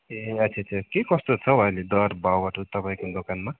ए अच्छा अच्छा के कस्तो छ हौ अहिले दर भाउहरू तपाईँको दोकानमा